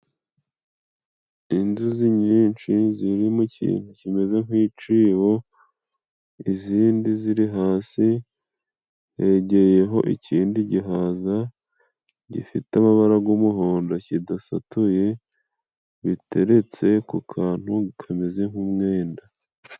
Inzuzi nyinshi zirimo ikintu kimeze nk'icibo, izindi ziri hasi yegeyeho ikindi gihaza gifite amabara g'umuhondo kidasatuye, biteretse ku kantu kameze nk'umwenda.